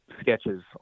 sketches